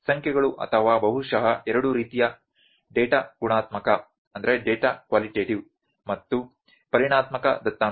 ಸಂಖ್ಯೆಗಳು ಅಥವಾ ಬಹುಶಃ ಎರಡು ರೀತಿಯ ಡೇಟಾ ಗುಣಾತ್ಮಕ ಮತ್ತು ಪರಿಮಾಣಾತ್ಮಕ ದತ್ತಾಂಶ